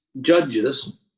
judges